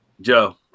Joe